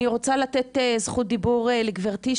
אני רוצה לתת זכות דיבור לגברתי,